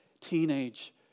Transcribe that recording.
teenage